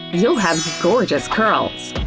you'll have gorgeous curls!